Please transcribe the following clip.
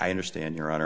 i understand your honor